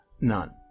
None